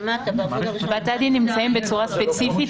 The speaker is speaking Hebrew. בתי הדין נמצאים בצורה ספציפית.